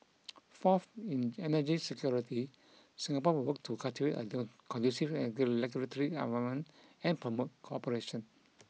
fourth in energy security Singapore will work to cultivate a conducive regulatory environment and promote cooperation